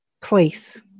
Place